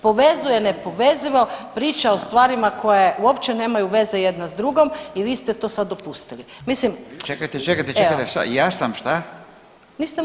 Povezuje nepovezivo, priča o stvarima koje uopće nemaju veze jedna s drugom i vi ste to sad dopustili, mislim [[Upadica: Čekajte, čekajte.]] Evo.